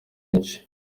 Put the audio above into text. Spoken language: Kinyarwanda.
benshi